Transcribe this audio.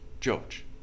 George